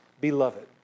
Beloved